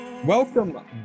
Welcome